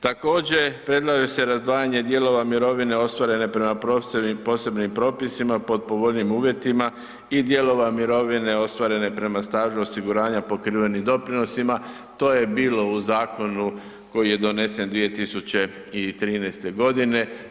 Također predlaže se razdvajanje dijelova mirovine ostvarene prema profesionalnim posebnim propisima pod povoljnijim uvjetima i dijelova mirovine ostvarene prema stažu osiguranja pokrivenim doprinosima, to je bilo u zakonu koji je donesen 2013. godine.